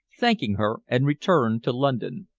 thanking her, and returned to london.